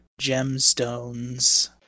gemstones